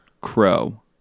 crow